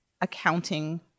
accounting